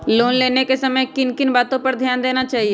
Loan लेने के समय किन किन वातो पर ध्यान देना चाहिए?